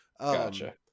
Gotcha